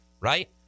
right